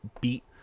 beat